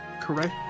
correct